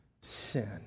sin